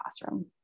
classroom